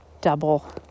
double